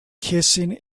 kissing